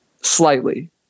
slightly